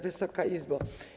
Wysoka Izbo!